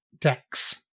decks